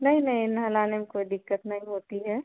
नहीं नहीं नहलाने में कोई दिक्कत नहीं होती है